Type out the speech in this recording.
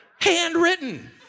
handwritten